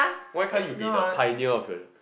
why can't you be the pioneer of the